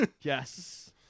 Yes